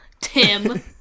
Tim